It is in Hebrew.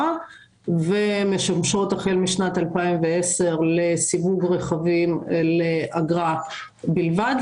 ומשמשות החל משנת 2010 לסיווג רכבים לאגרה בלבד.